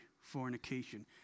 fornication